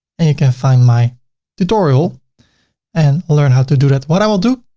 and you can find my tutorial and learn how to do that. what i will do?